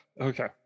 okay